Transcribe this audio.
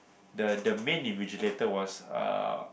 the the main invigilator was uh